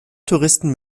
touristen